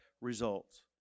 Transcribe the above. results